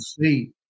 see